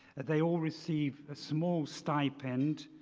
they all receive a small stipend.